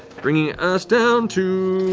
bringing us down to